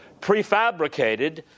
prefabricated